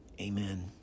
Amen